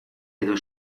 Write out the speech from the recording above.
edo